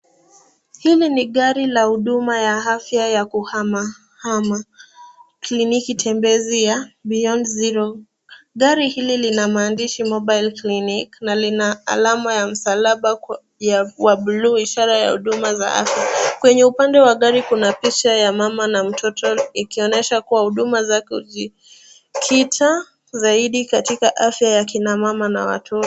Hili ni gari la uduma la afya ya kuhama hama kliniki tembezi ya beyond zero . Gari hili lina maandishi mobile clinic na lina alama ya msalaba ya buluu ishara ya huduma za afya. Kwenye upande wa gari kuna picha ya mama na mtoto ikionyesha kua huduma zake afya ya mama na watoto.